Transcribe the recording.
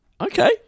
Okay